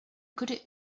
could